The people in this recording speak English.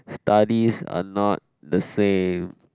studies are not the same